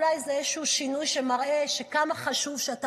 אולי זה איזשהו שינוי שמראה כמה חשוב שאתה